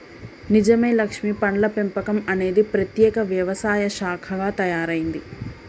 నిజమే లక్ష్మీ పండ్ల పెంపకం అనేది ప్రత్యేక వ్యవసాయ శాఖగా తయారైంది